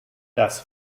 das